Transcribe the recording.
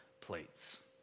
plates